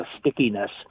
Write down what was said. stickiness